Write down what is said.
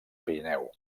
pirineu